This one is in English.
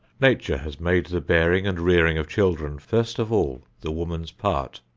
nature has made the bearing and rearing of children first of all the woman's part,